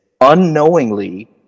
Unknowingly